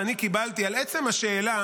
שאני קיבלתי על עצם השאלה,